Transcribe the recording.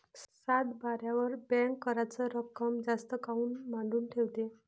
सातबाऱ्यावर बँक कराच रक्कम जास्त काऊन मांडून ठेवते?